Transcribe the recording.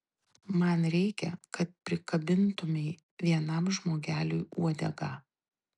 man reikia kad prikabintumei vienam žmogeliui uodegą